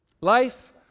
Life